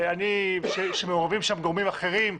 שמעורבים שם גורמים אחרים,